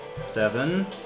Seven